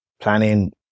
planning